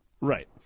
Right